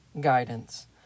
guidance